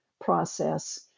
process